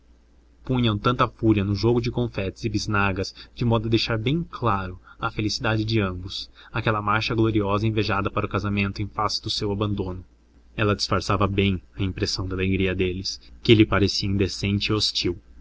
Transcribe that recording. punham tanta fúria no jogo de confetes e bisnagas de modo a deixar bem claro a felicidade de ambos aquela marcha gloriosa e invejada para o casamento em face do seu abandono ela disfarçava bem a impressão da alegria deles que lhe parecia indecente e